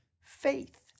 faith